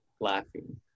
laughing